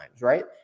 right